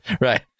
Right